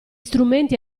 strumenti